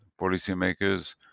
policymakers